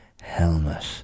helmet